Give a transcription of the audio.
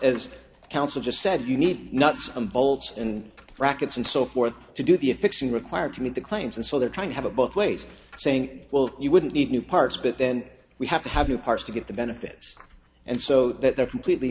as counsel just said you need nuts and bolts and brackets and so forth to do the affixing required to meet the claims and so they're trying to have a both ways saying well you wouldn't need new parts but then we have to have new parts to get the benefits and so that they're completely